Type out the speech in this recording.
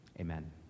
Amen